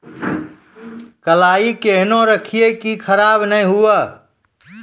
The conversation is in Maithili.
कलाई केहनो रखिए की खराब नहीं हुआ?